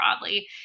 broadly